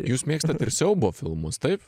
jūs mėgstat siaubo filmus taip